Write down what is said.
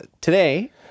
Today